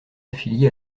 affilié